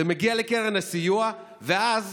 זה מגיע לקרן הסיוע, ואז